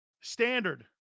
Standard